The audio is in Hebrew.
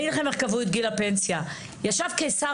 לפני מאות שנים ישב קיסר